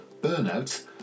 burnout